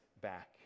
back